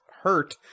hurt